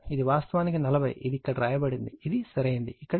ఇది వాస్తవానికి 40 ఇది ఇక్కడ వ్రాయబడింది ఇది సరైనది ఇక్కడ 40